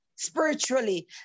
spiritually